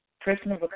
Personal